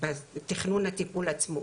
בתכנון הטיפול עצמו,